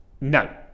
No